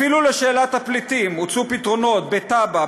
אפילו לשאלת הפליטים הוצעו פתרונות: בטאבה,